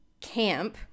camp